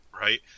Right